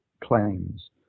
claims